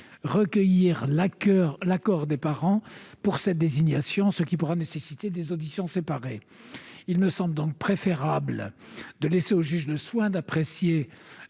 recueillir l'accord des parents pour cette désignation, ce qui pourra nécessiter des auditions séparées. Il me semble donc préférable de laisser au juge le soin d'apprécier,